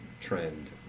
trend